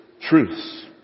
truths